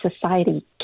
society